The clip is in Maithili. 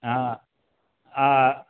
हँ आ